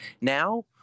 Now